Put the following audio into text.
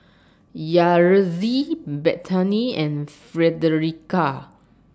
Yaretzi Bethany and Fredericka